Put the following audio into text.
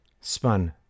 spun